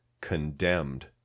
condemned